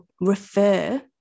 refer